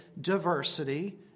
diversity